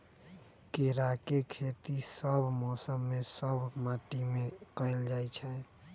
केराके खेती सभ मौसम में सभ माटि में कएल जाइ छै